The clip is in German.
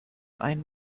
einen